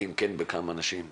ואם כן בכמה אנשים?